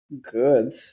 good